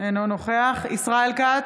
אינו נוכח ישראל כץ,